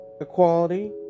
equality